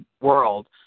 world